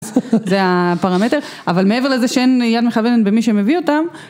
זה הפרמטר, אבל מעבר לזה שאין יד מכוונת במי שמביא אותם.